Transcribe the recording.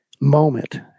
moment